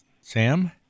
Sam